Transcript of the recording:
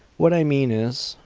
what i mean is,